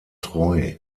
treu